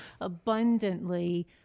abundantly